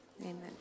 Amen